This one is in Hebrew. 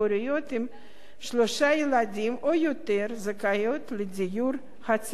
שלושה ילדים או יותר זכאיות לדיור הציבורי.